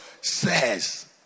says